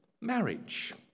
marriage